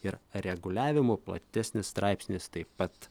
ir reguliavimo platesnis straipsnis taip pat